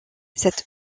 cette